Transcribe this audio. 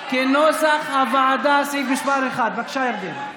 כנוסח הוועדה, סעיף מס' 1. בבקשה, ירדנה.